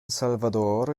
salvador